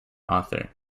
author